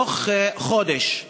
בתוך חודש,